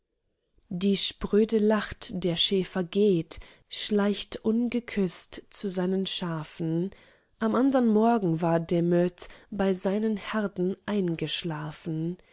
die spröde lacht der schäfer geht schleicht ungeküßt zu seinen schafen am andern morgen war damöt bei seinen herden eingeschlafen